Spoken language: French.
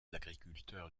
agriculteurs